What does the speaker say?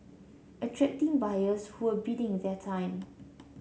attracting buyers who were biding their time